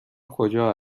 کجا